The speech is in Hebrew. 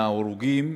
מההרוגים